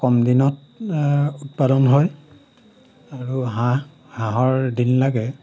কম দিনত উৎপাদন হয় আৰু হাঁহ হাঁহৰ দিন লাগে